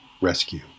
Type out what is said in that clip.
Rescue